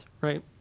right